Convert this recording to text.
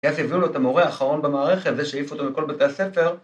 ‫כי איך הביאו לו את המורה האחרון ‫במערכת זה שהעיף אותו מכל בתי הספר.